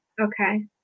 Okay